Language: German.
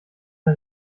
der